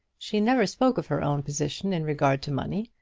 she never spoke of her own position in regard to money,